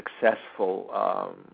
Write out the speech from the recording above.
successful